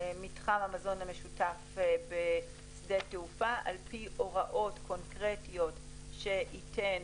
מתחם המזון המשותף בשדה התעופה על פי הוראות קונקרטיות שייתן